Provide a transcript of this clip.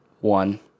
One